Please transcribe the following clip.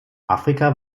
afrika